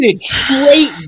Straight